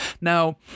Now